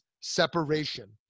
separation